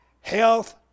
Health